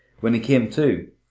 when he came to,